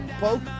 Poke